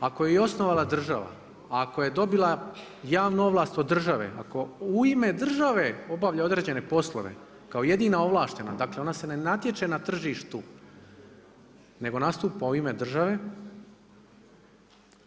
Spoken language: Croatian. Ako ju je osnovala država, ako je dobila javnu ovlast od države, ako u ime države obavlja određene poslove, kao jedina ovlaštena, dakle ona se ne natječe na tržištu, nego nastupa u ime države,